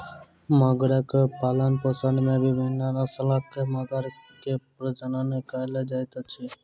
मगरक पालनपोषण में विभिन्न नस्लक मगर के प्रजनन कयल जाइत अछि